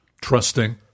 trusting